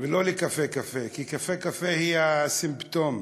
ולא ל"קפה קפה", כי "קפה קפה" הוא הסימפטום.